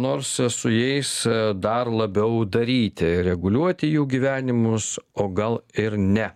nors su jais dar labiau daryti reguliuoti jų gyvenimus o gal ir ne